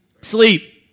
Sleep